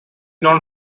known